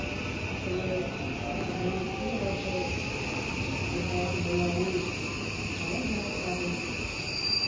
खयबै शरीर ठीक रहतै कोइ तरहके बिमारी नहि होना चाही